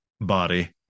body